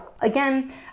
again